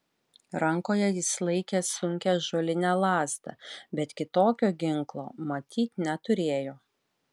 rankoje jis laikė sunkią ąžuolinę lazdą bet kitokio ginklo matyt neturėjo